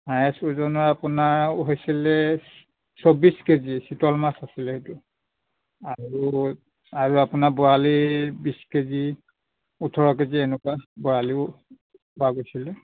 highest ওজনৰ আপোনাৰ হৈছিলে চৌব্বিছ কেজি চিতল মাছ আছিলে সেইটো আৰু আৰু আপোনাৰ বৰালি বিছ কেজি ওঠৰ কেজি এনেকুৱা বৰালিও পোৱা গৈছিলে